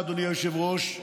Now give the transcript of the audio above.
אדוני היושב-ראש,